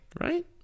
Right